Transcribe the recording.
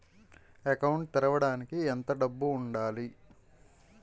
Account తెరవడానికి ఎంత డబ్బు ఉండాలి?